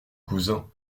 cousin